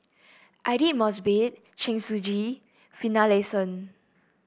Aidli Mosbit Chen Shiji Finlayson